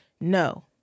no